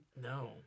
No